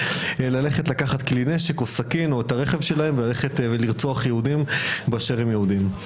לקחת כלי נשק או את הרכב שלהם ולרצוח יהודים באשר הם יהודים.